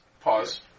Pause